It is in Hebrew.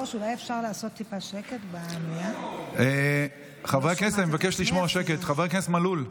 התשפ"ג 2023. תציג את החוק חברת הכנסת אורית מלכה סטרוק,